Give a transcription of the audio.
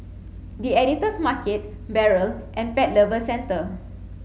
the Editor's Market Barrel and Pet Lovers Centre